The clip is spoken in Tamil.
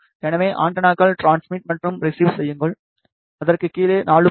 எனவே ஆண்டெனாக்களை ட்ரான்ஸ்மிட் மற்றும் ரிஸிவ் செய்யுங்கள் அதற்குக் கீழே 4